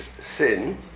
sin